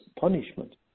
punishment